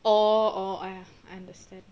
oh oh ah understood